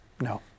No